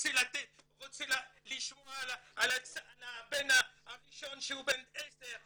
ורוצה לשמוע על הבן הראשון שהוא בן עשר,